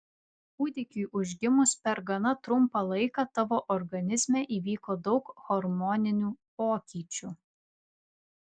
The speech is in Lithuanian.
kūdikiui užgimus per gana trumpą laiką tavo organizme įvyko daug hormoninių pokyčių